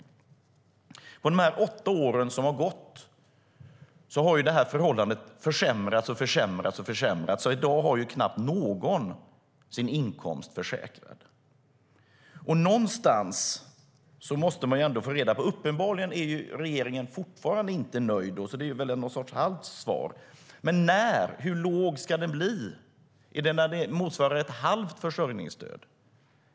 Under de åtta år som har gått har detta förhållande hela tiden försämrats, och i dag har knappt någon sin inkomst försäkrad. Uppenbarligen är regeringen fortfarande inte nöjd, så det är väl någon sorts halvt svar. Men hur låg ska ersättningen kunna bli? Är det när den motsvarar ett halvt försörjningsstöd?